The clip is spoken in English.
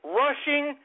rushing